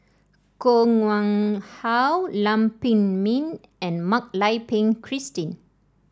Koh Nguang How Lam Pin Min and Mak Lai Peng Christine